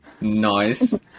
Nice